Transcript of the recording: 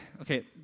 Okay